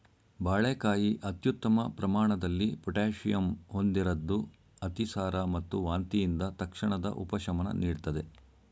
ಬಾಳೆಕಾಯಿ ಅತ್ಯುತ್ತಮ ಪ್ರಮಾಣದಲ್ಲಿ ಪೊಟ್ಯಾಷಿಯಂ ಹೊಂದಿರದ್ದು ಅತಿಸಾರ ಮತ್ತು ವಾಂತಿಯಿಂದ ತಕ್ಷಣದ ಉಪಶಮನ ನೀಡ್ತದೆ